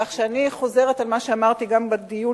כך שאני חוזרת על מה שאמרתי גם בדיון